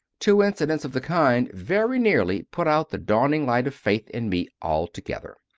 two incidents of the kind very nearly put out the dawning light of faith in me altogether.